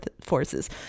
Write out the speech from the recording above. forces